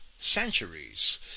centuries